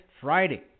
Friday